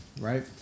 right